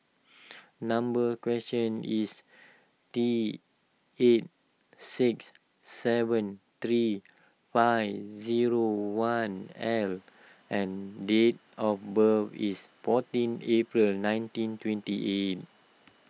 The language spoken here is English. number question is T eight six seven three five zero one L and date of birth is fourteen April nineteen twenty eight